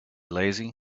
lazy